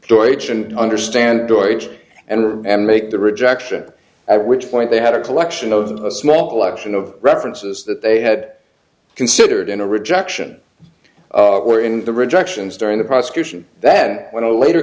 storage and understand voyage and make the rejection at which point they had a collection of a small collection of references that they had considered in a rejection or in the rejections during the prosecution that when a later